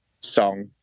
song